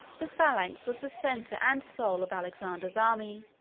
the phalanx was the center and soul of alexander's army.